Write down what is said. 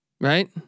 right